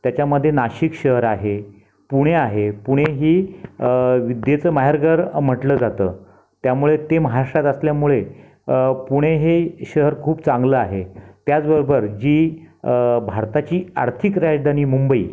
त्याच्यामध्ये नाशिक शहर आहे पुणे आहे पुणे ही विद्येचं माहेरघर म्हटलं जातं त्यामुळं ते महाराष्ट्रात असल्यामुळे पुणे हे शहर खूप चांगलं आहे त्याचबरोबर जी भारताची आर्थिक राजधानी मुंबई